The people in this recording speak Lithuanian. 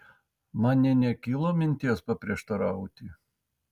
man nė nekilo minties paprieštarauti